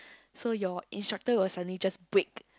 so your instructor will suddenly just break